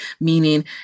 meaning